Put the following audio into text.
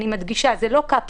אני מדגישה, זה לא קפסולות.